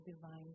divine